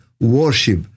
worship